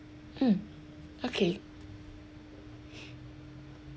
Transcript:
mm okay